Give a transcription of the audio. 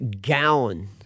gallon